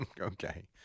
Okay